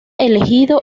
elegido